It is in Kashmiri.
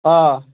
آ